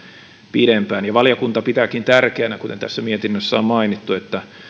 pidempään valiokunta pitääkin tärkeänä kuten tässä mietinnössä on mainittu että